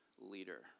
leader